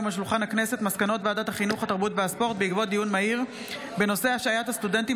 בוועדת הכלכלה לצורך הכנה לקריאה השנייה